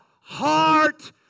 heart